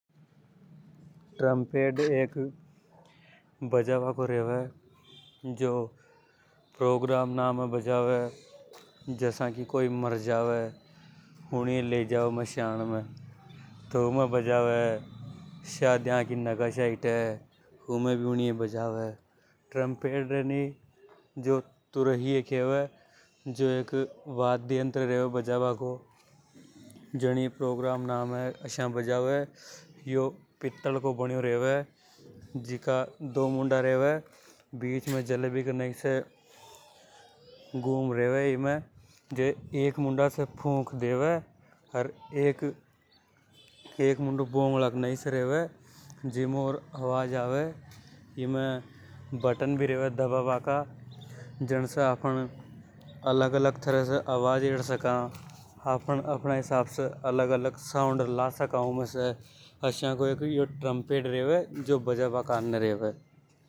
ट्रांपेड़ एक बाजा बा को रेवे उनिये जो प्रोग्राम ना में बजावे जसा की कोई मर जावे उनिये ले जावे। मसान में तो ऊ में बजावे शादियां की नगशिया में बजा रें वे लो प्रोग्राम ना कोई और तोमर उमैं बलवि की तुरही में रखे वे जो एक वाद्य यंत्र रेवे बजा बा को जे ऊनिय प्रोग्राम ना में बजावे। यो पित्तल को बनियों रेवे जीका दो मुंडा रेवे बीच में जलेबी की नई से घूम रेवे जे एक मुंडा से फुक दे वे अर एक मुंडो भोंगला के नई से रेवे जीमे होर आवाज आवे इमें बटन भी रेवे दबाबा का जन से आफ़न अलग-अलग साउंड ला सका अस्या को ट्रम्पेट रेवे जो बाजाबा में काम आवे।